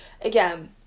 again